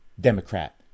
Democrat